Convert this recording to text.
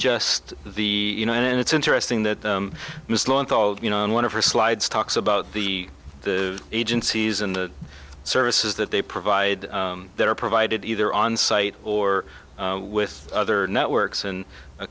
just the you know and it's interesting that you know in one of her slides talks about the agencies and the services that they provide that are provided either on site or with other networks and